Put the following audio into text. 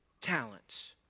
talents